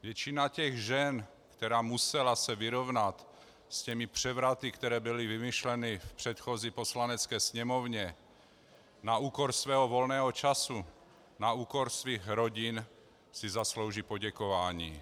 Většina žen, která se musela vyrovnat s převraty, které byly vymyšleny v předchozí Poslanecké sněmovně, na úkor svého volného času, na úkor svých rodin, si zaslouží poděkování.